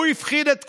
הוא הפחיד את כולנו.